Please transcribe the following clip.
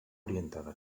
orientada